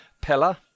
Pella